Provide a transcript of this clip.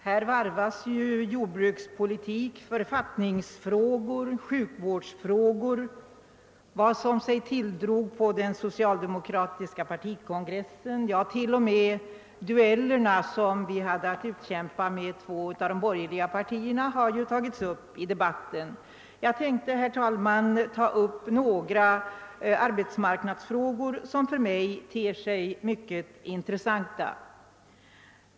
Herr talman! Här varvas nu jordbrukspolitik, författningsoch sjukvårdsfrågor samt vad som sig tilldragit på den socialdemokratiska partikongressen. Ja, t.o.m. de dueller vi utkämpat med två av de borgerliga partierna har tagits upp i debatten. Jag har tänkt att beröra några arbetsmarknadsfrågor, som för mig ter sig mycket intressanta.